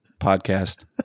podcast